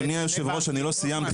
אדוני יושב הראש, אני לא סיימתי.